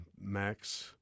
Max